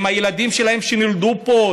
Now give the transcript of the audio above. עם הילדים שלהם שנולדו פה,